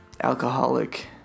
alcoholic